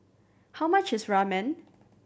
how much is Ramen